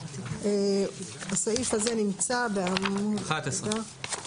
הסעיף הזה נמצא בעמוד, רגע.